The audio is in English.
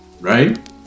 right